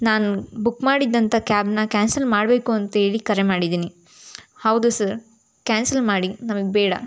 ನಾನು ಬುಕ್ ಮಾಡಿದ್ದಂಥ ಕ್ಯಾಬ್ನ ಕ್ಯಾನ್ಸಲ್ ಮಾಡಬೇಕು ಅಂತೇಳಿ ಕರೆ ಮಾಡಿದ್ದೀನಿ ಹೌದು ಸರ್ ಕ್ಯಾನ್ಸಲ್ ಮಾಡಿ ನಮಗೆ ಬೇಡ